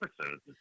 episodes